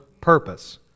purpose